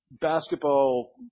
basketball